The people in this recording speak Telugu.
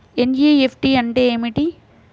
ఎన్.ఈ.ఎఫ్.టీ అంటే ఏమిటీ?